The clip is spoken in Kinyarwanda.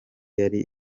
yari